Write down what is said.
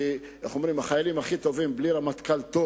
כי איך אומרים, החיילים הכי טובים, בלי רמטכ"ל טוב